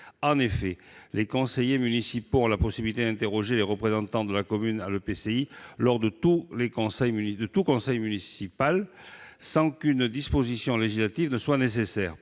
En effet, les conseillers municipaux ont la possibilité d'interroger les représentants de la commune à l'EPCI lors de tout conseil municipal, sans qu'une disposition législative soit nécessaire